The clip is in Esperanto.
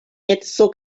edzo